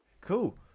Cool